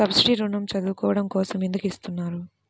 Subsidy ఋణం చదువుకోవడం కోసం ఎందుకు ఇస్తున్నారు?